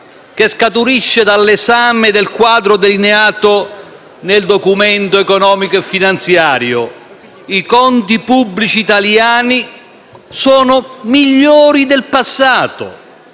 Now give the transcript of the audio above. che scaturisce dall'esame del quadro delineato nel Documento di economia e finanza. I conti pubblici italiani sono migliori del passato,